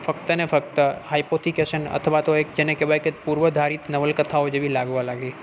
ફક્તને ફક્ત હાઇપોથિકેશન અથવા તો એક જેને કહેવાય કે પૂર્વધારીત નવલકથાઓ જેવી લાગવા લાગી